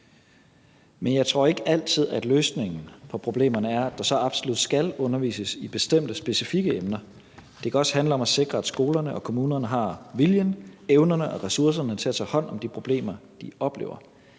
Men jeg tror ikke altid, at løsningen på problemerne er, at der så absolut skal undervises i bestemte, specifikke emner. Det kan også handle om at sikre, at skolerne og kommunerne har viljen, evnerne og ressourcerne til at tage hånd om de problemer, de oplever.